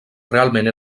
realment